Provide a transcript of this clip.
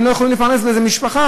הם לא יכולים לפרנס בזה משפחה,